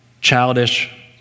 childish